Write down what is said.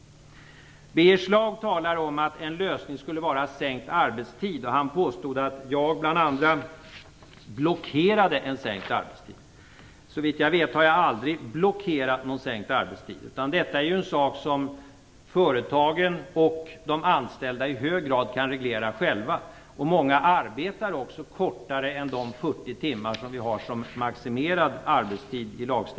Birger Schlaug talar om att en lösning skulle vara sänkt arbetstid, och han påstod att jag bland andra blockerade en sänkt arbetstid. Såvitt jag vet har jag aldrig blockerat någon sänkt arbetstid. Detta är en sak som företagen och de anställda i hög grad kan reglera själva. Många arbetar också kortare tid än de 40 timmar som lagstiftningen maximerar arbetstiden till.